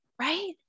Right